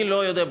אני לא יודע.